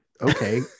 okay